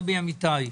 דובי אמיתי,